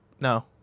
No